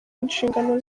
inshingano